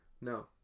No